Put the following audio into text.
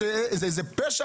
זה פשע?